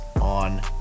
on